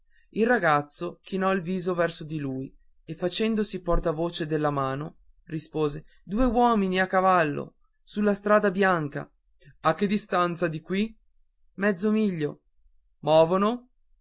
il ragazzo chinò il viso verso di lui e facendosi portavoce della mano rispose due uomini a cavallo sulla strada bianca a che distanza di qui mezzo miglio movono